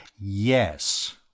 Yes